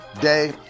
day